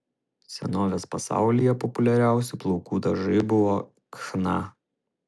senovės pasaulyje populiariausi plaukų dažai buvo chna